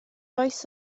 oes